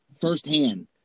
firsthand